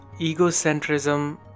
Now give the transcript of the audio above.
egocentrism